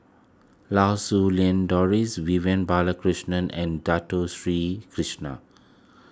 Lau Siew Lang Doris Vivian Balakrishnan and Dato Sri Krishna